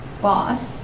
boss